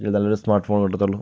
നല്ലൊരു സ്മാർട്ഫോൺ കിട്ടത്തുള്ളൂ